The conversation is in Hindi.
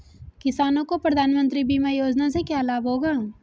किसानों को प्रधानमंत्री बीमा योजना से क्या लाभ होगा?